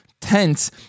tense